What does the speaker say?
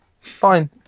fine